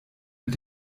mit